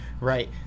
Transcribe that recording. right